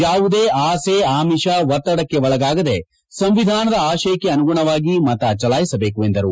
ಯಾವುದೇ ಆಸೆ ಆಮಿಷ ಒತ್ತದಕ್ಕೆ ಒಳಗಾಗದೆ ಸಂವಿಧಾನದ ಆಶಯಕ್ಕೆ ಅನುಗುಣವಾಗಿ ಮತ ಚಲಾಯಿಸಬೇಕು ಎಂದರು